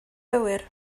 gywir